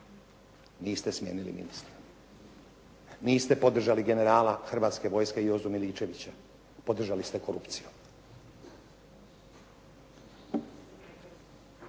Niste smijenili ministra. Niste podržali generala Hrvatske vojske Jozu Miličevića, podržali ste korupciju.